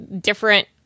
different